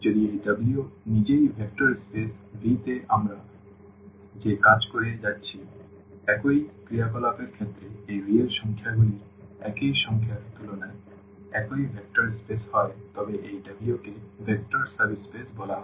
যদি এই W নিজেই ভেক্টর স্পেস V তে আমরা যে কাজ করে যাচ্ছি একই ক্রিয়াকলাপের ক্ষেত্রে এই রিয়েল সংখ্যাগুলির একই সংখ্যার তুলনায় একই ভেক্টর স্পেস হয় তবে এই W কে ভেক্টর সাব স্পেস বলা হয়